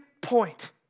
point